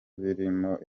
birimo